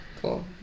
cool